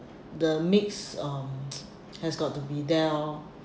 the mix um has got to be there lor